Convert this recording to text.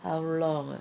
how long ah